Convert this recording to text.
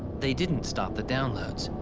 they didn't stop the downloads,